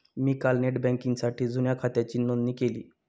मी काल नेट बँकिंगसाठी जुन्या खात्याची नोंदणी केली